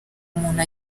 umuntu